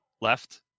left